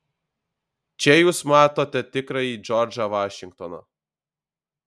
čia jūs matote tikrąjį džordžą vašingtoną